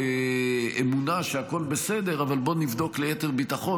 אמונה שהכול בסדר אבל בוא נבדוק ליתר ביטחון,